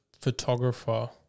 photographer